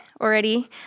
already